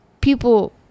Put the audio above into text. people